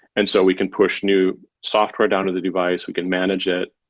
and so we can push new software down to the device. we can manage it,